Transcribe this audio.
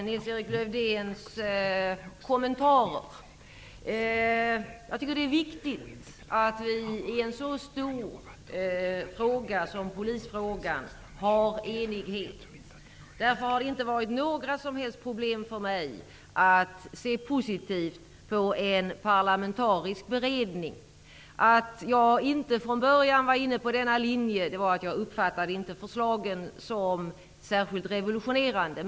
Fru talman! Jag vill passa på att kommentera det som Lars-Erik Lövdén sade. Jag tycker att det är viktigt att vi, i en så stor fråga som polisfrågan, är eniga. Därför har det inte varit några som helst problem för mig att se positivt på en parlamentarisk beredning. Att jag inte från början var inne på denna linje berodde på att jag inte uppfattade förslagen som särskilt revolutionerande.